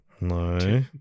No